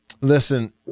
Listen